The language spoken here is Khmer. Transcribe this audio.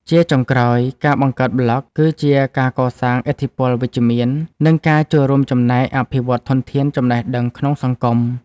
ជាចុងក្រោយ ការបង្កើតប្លក់គឺជាការកសាងឥទ្ធិពលវិជ្ជមាន និងការចូលរួមចំណែកអភិវឌ្ឍធនធានចំណេះដឹងក្នុងសង្គម។